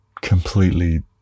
completely